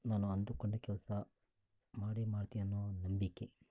ನಾನು ಅಂದುಕೊಂಡ ಕೆಲಸ ಮಾಡೇ ಮಾಡ್ತೀನಿ ಅನ್ನೋ ಒಂದು ನಂಬಿಕೆ